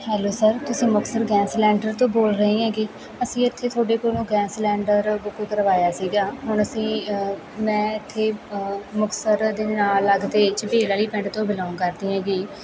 hello sir ਤੁਸੀਂ Muktsar gas cylinder ਤੋਂ ਬੋਲ ਰਹੇ ਹੈਗੇ ਅਸੀਂ ਇੱਥੇ ਤੁਹਾਡੇ ਕੋਲੋਂ ਗੈਸ ਸਲੈਂਡਰ ਬੁੱਕ ਕਰਵਾਇਆ ਸੀਗਾ ਹੁਣ ਅਸੀਂ ਮੈਂ ਇੱਥੇ ਮੁਕਤਸਰ ਦੇ ਨਾਲ ਲੱਗਦੇ ਇੱਕ ਝਬੀਲ ਆਲੀ ਪਿੰਡ ਤੋਂ ਬਿਲੋਂਗ ਕਰਦੀ ਹੈਗੀ